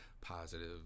positive